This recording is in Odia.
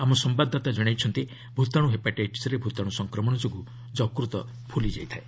ଆମ ସମ୍ଭାଦଦାତା ଜଣାଇଛନ୍ତି ଭ୍ତାଣୁ ହେପାଟାଇଟିସ୍ରେ ଭୂତାଣୁ ସଂକ୍ରମଣ ଯୋଗୁଁ ଯକୃତ ଫୁଲିଯାଇଥାଏ